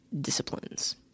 disciplines